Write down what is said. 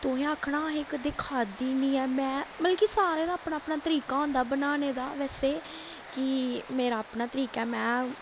तुसें आखना असें एह् कदें खाद्धी निं ऐ में मतलब कि सारें दा अपना अपना तरीका होंदा बनाने दा वैसे कि मेरा अपना तरीका ऐ में